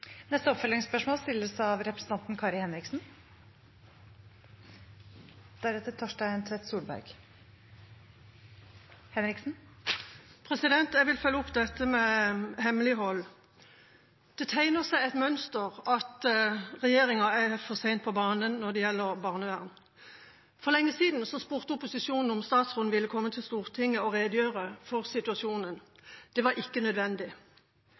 Kari Henriksen – til oppfølgingsspørsmål. Jeg vil følge opp dette med hemmelighold. Det tegner seg et mønster at regjeringa er for sent på banen når det gjelder barnevern. For lenge siden spurte opposisjonen om statsråden ville komme til Stortinget og redegjøre for situasjonen: Det var ikke nødvendig.